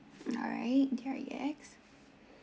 alright D R E X